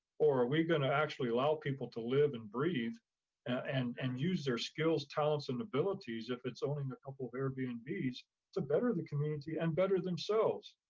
or are we gonna actually allow people to live and breathe and and use their skills, talents and abilities, if it's owning a couple of airbnb's to better the community and better themselves.